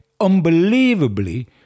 Unbelievably